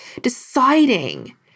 deciding